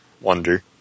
wonder